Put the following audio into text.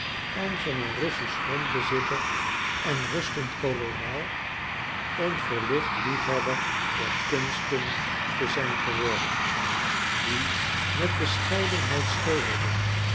en van een russisch grondbezitter en rustend kolonel een verlicht liefhebber der kunsten te zijn geworden die met bescheidenheid schilderde